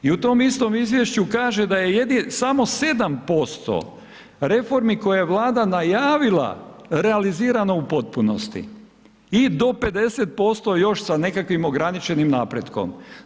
I u tom istom izvješću kaže da je samo 7% reformi koje je Vlada najavila, realizirano u potpunosti i do 50% još sa nekakvim ograničenim napretkom.